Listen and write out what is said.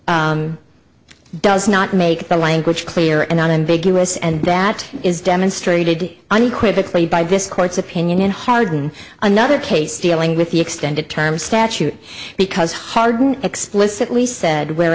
provision does not make the language clear and unambiguous and that is demonstrated unequivocally by this court's opinion harder than another case dealing with the extended term statute because harden explicitly said where